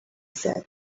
said